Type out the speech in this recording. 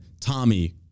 Tommy